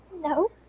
No